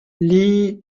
lee